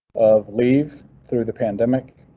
of leave through the pandemic.